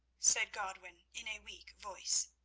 said godwin in a weak voice,